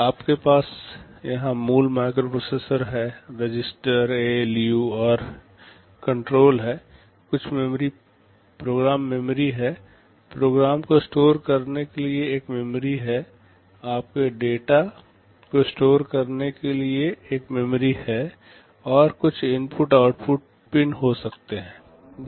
आपके पास यहां मूल माइक्रोप्रोसेसर है रजिस्टर एएलयू और नियंत्रणकण्ट्रोल है कुछ प्रोग्राम मेमोरी है प्रोग्राम को स्टोर करने के लिए एक मेमोरी है आपके डेटा रैम को स्टोर करने के लिए एक मेमोरी है और कुछ इनपुट आउटपुट पिन हो सकते हैं